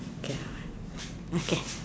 okay ya okay